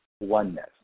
oneness